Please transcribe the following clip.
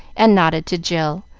and nodded to jill,